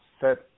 set